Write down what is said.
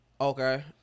Okay